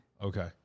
Okay